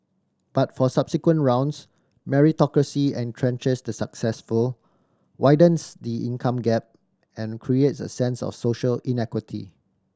but for subsequent rounds meritocracy entrenches the successful widens the income gap and creates a sense of social inequity